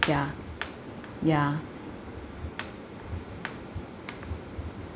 ya ya